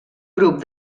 grup